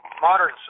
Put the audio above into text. modern